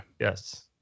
Yes